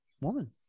woman